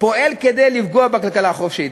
פועל כדי לפגוע בכלכלה החופשית.